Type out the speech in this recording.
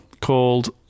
called